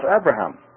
Abraham